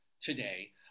today